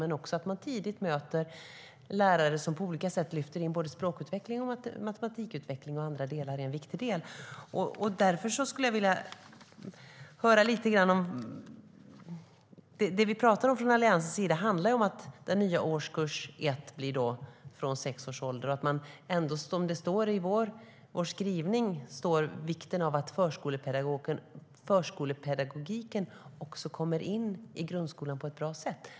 Det är också viktigt att tidigt möta lärare som på olika sätt lyfter in både språkutveckling, matematikutveckling och andra delar. Det vi pratar om från Alliansens sida handlar om att den nya årskurs 1 blir från sex års ålder. I vår skrivning står det också om vikten av att förskolepedagogiken kommer in i grundskolan på ett bra sätt.